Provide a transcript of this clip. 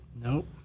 Nope